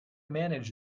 manage